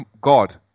God